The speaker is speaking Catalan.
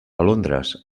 londres